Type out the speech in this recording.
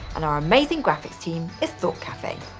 and our amazing graphics team is thought cafe.